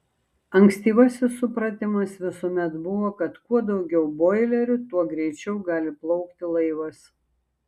ankstyvasis supratimas visuomet buvo kad kuo daugiau boilerių tuo greičiau gali plaukti laivas